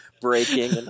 breaking